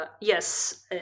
yes